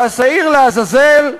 איזה, והשעיר לעזאזל,